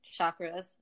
chakras